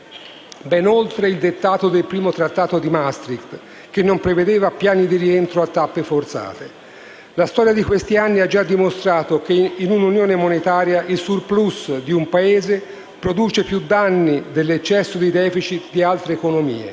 ben oltre il dettato del primo Trattato di Maastricht, che non prevedeva piani di rientro a tappe forzate. La storia di questi anni ha già dimostrato che in un'unione monetaria, il *surplus* di un Paese produce più danni dell'eccesso di *deficit* di altre economie